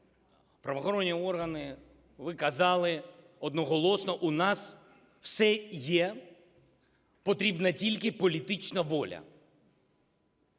правоохоронні органи, ви казали одноголосно, у нас все є, потрібна тільки політична воля.